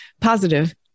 positive